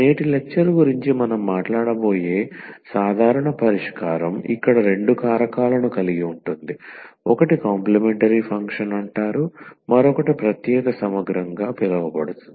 నేటి లెక్చర్ గురించి మనం మాట్లాడబోయే సాధారణ పరిష్కారం ఇక్కడ రెండు కారకాలను కలిగి ఉంటుంది ఒకటి కాంప్లీమెంటరీ ఫంక్షన్ అంటారు మరొకటి ప్రత్యేక సమగ్రంగా పిలువబడుతుంది